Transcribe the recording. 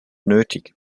nötig